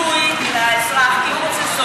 לאזרח כי הוא רוצה,